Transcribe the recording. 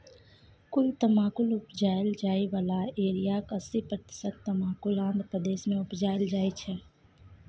कुल तमाकुल उपजाएल जाइ बला एरियाक अस्सी प्रतिशत तमाकुल आंध्र प्रदेश मे उपजाएल जाइ छै